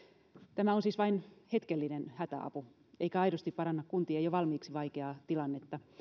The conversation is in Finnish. tämä on siis vain hetkellinen hätäapu eikä aidosti paranna kuntien jo valmiiksi vaikeaa tilannetta